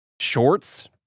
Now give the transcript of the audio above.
shorts